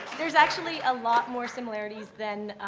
there's actually a lot more similarities than